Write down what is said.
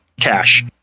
cash